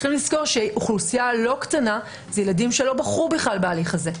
יש לזכור שאוכלוסייה לא קטנה זה ילדים שלא בחרו בכלל בהליך הזה.